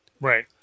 Right